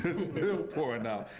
still pouring out.